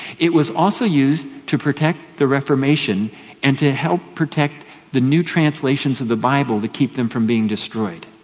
it was also used to protect the reformation and to help protect the new translations of the bible to keep them from being destroyed.